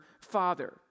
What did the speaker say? Father